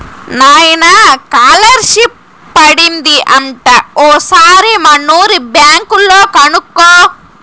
నాయనా కాలర్షిప్ పడింది అంట ఓసారి మనూరి బ్యాంక్ లో కనుకో